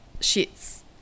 sheets